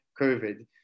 COVID